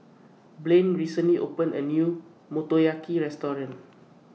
Blane recently opened A New Motoyaki Restaurant